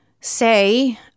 say